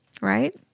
right